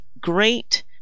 great